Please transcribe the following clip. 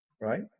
right